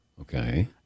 Okay